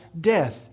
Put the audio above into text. death